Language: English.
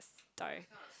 die